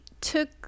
took